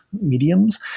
mediums